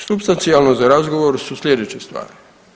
Supstancijalno za razgovor su sljedeće stvari.